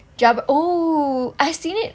jabra oh I've seen it